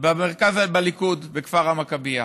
במרכז הליכוד, בכפר המכביה.